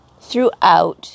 throughout